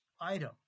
Item